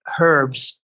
herbs